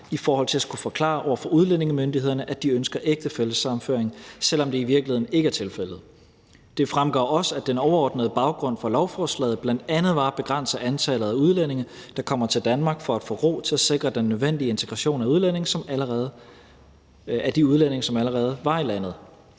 i forhold til at skulle forklare over for udlændingemyndighederne, at de ønsker ægtefællesammenføring, selv om det i virkeligheden ikke er tilfældet. Det fremgår også, at den overordnede baggrund for lovforslaget bl.a. var at begrænse antallet af udlændinge, der kommer til Danmark, for at få ro til at sikre den nødvendige integration af de udlændinge, som allerede var i landet.